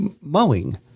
mowing